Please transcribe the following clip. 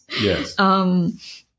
Yes